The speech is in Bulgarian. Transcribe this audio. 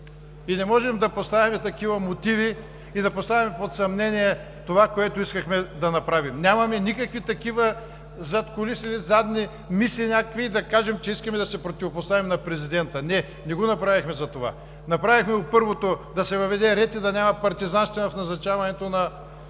И не можем да поставяме такива мотиви, и да поставяме под съмнение това, което искахме да направим. Нямаме никакви такива задкулисни, задни мисли някакви, и да кажем, че искаме да се противопоставим на президента – не, не го направихме за това. Направихме го, първо, да се въведе ред и да няма партизанщина в назначаването на